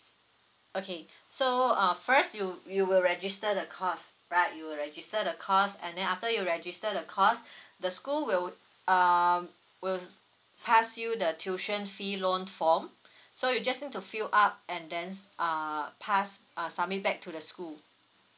okay so uh first you you will register the course right you will register the course and then after you register the course the school will um will pass you the tuition fee loan form so you just need to fill up and then uh pass uh submit back to the school